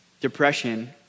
depression